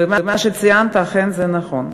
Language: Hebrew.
ומה שציינת אכן נכון.